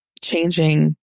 changing